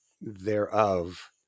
thereof